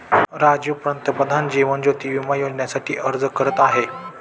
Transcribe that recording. राजीव पंतप्रधान जीवन ज्योती विमा योजनेसाठी अर्ज करत आहे